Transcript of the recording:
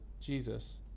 Jesus